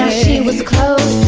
she was close,